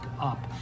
up